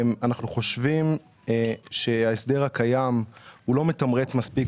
אנחנו חושבים שההסדר הקיים לא מתמרץ מספיק